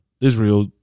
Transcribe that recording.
Israel